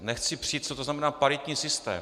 Nechci se přít, co to znamená paritní systém.